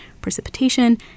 precipitation